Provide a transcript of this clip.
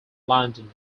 london